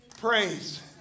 Praise